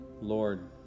Lord